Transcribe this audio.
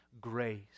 grace